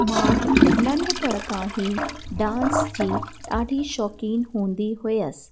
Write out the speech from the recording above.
मां नंढपिण खां ई डांस जी ॾाढी शौंक़ीन हूंदी हुयसि